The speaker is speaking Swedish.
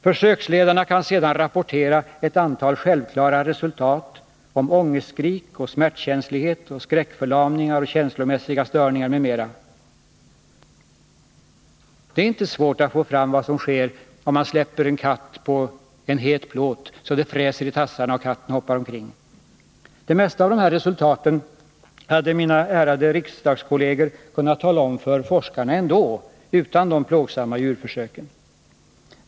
Försöksledarna kan sedan rapportera ett antal självklara resultat om ångestskrik, smärtkänslighet, skräckförlamningar och känslomässiga störningar m.m. Det ärt.ex. inte svårt att få fram vad som sker, om man släpper en katt på en het plåt, så att det fräser om tassarna och katten hoppar omkring. Det mesta av sådana resultat hade mina ärade riksdagskolleger kunnat tala om för forskarna ändå — utan de plågsamma djurförsöken.